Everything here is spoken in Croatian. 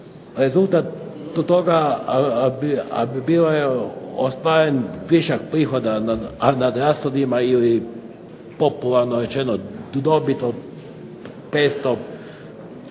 Rezultat toga bio je ostvaren višak prihoda nad rashodima ili popularno rečeno dobit od